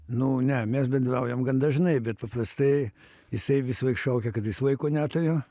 nu ne mes bendraujam gan dažnai bet paprastai jisai visąlaik šaukia kad jis laiko neturi